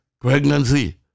pregnancy